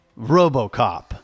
RoboCop